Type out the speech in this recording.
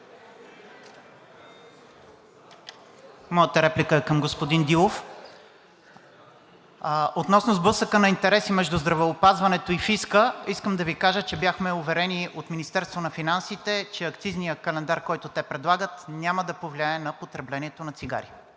Моята реплика е към господин Дилов. Относно сблъсъка на интереси между здравеопазването и фиска – искам да Ви кажа, че бяхме уверени от Министерството на финансите, че акцизният календар, който те предлагат, няма да повлияе на потреблението на цигари.